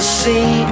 see